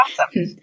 awesome